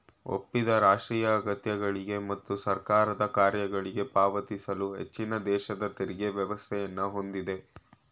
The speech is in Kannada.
ಒಪ್ಪಿದ ರಾಷ್ಟ್ರೀಯ ಅಗತ್ಯಗಳ್ಗೆ ಮತ್ತು ಸರ್ಕಾರದ ಕಾರ್ಯಗಳ್ಗಾಗಿ ಪಾವತಿಸಲು ಹೆಚ್ಚಿನದೇಶದ ತೆರಿಗೆ ವ್ಯವಸ್ಥೆಯನ್ನ ಹೊಂದಿದೆ